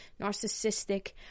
narcissistic